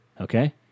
Okay